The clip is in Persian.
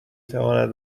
تواند